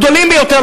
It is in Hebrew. הגדולים ביותר,